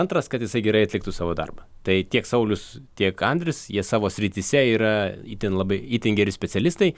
antras kad jisai gerai atliktų savo darbą tai tiek saulius tiek andrius jie savo srityse yra itin labai itin geri specialistai